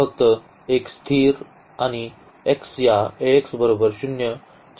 फक्त एक स्थिर आणि x या चे सोल्यूशनी असेल